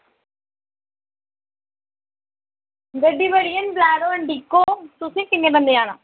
गड्डी बड़ी ऐ बलेरो इडींको तुसें किन्ने बंदे जाना